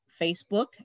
Facebook